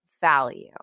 value